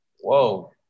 whoa